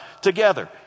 together